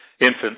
infants